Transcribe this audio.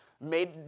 made